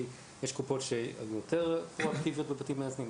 כי יש קופות שהיו יותר פרואקטיביות כלפי בתי מאזנים,